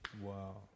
Wow